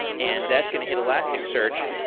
and that's going to hit elasticsearch.